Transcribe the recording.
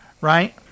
right